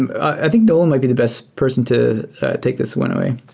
i think nolan might be the best person to take this one away.